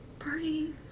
Party